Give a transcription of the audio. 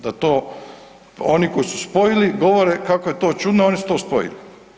Da to oni koji su spojili, govore kako je to čudno a oni su to spojili.